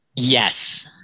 Yes